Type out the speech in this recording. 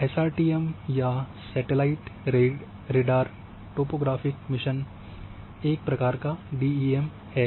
SRTM या satellite radar topographic mission एक DEM है